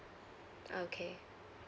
okay